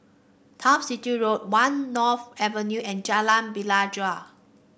Turf City Road One North Avenue and Jalan Pelajau